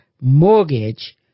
mortgage